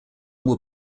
would